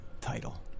title